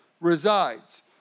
resides